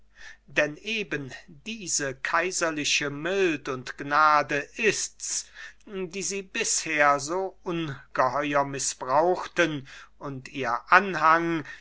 denn eben diese kaiserliche mild und gnade ist's die sie bisher so ungeheuer mißbrauchten und ihr anhang